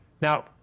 Now